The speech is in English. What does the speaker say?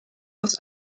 was